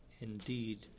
indeed